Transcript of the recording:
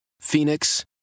Phoenix